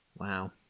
wow